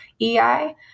EI